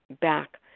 Back